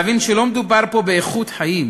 להבין שלא מדובר פה באיכות חיים